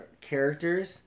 characters